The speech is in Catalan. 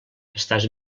estàs